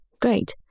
great